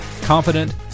confident